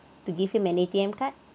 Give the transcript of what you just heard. to give him an A_T_M card